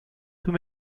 tous